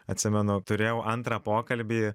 atsimenu turėjau antrą pokalbį